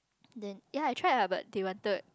then ya I tried lah but they wanted